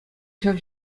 ҫав